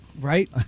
Right